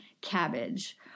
cabbage